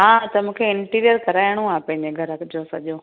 हा त मूंखे इंटीरियर कराइणो आहे पंहिंजे घर जो सॼो